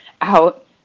out